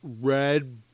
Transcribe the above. red